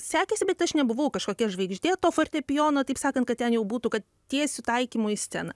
sekėsi bet aš nebuvau kažkokia žvaigždė to fortepijono taip sakant kad ten jau būtų kad tiesiu taikymu į sceną